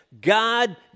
God